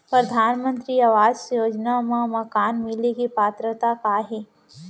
परधानमंतरी आवास योजना मा मकान मिले के पात्रता का हे?